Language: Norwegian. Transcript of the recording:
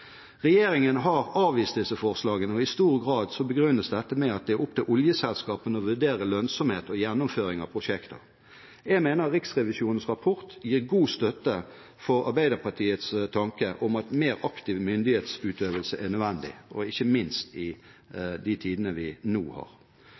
Regjeringen har avvist disse forslagene. I stor grad begrunnes dette med at det er opp til oljeselskapene å vurdere lønnsomhet og gjennomføring av prosjekter. Jeg mener Riksrevisjonens rapport gir god støtte for Arbeiderpartiets tanke om at mer aktiv myndighetsutøvelse er nødvendig, ikke minst i de tidene vi nå har.